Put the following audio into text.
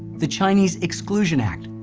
the chinese exclusion act,